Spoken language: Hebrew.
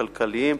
כלכליים,